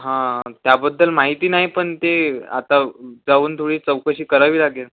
हां त्याबद्दल माहिती नाही पण ते आता जाऊन थोडी चौकशी करावी लागेल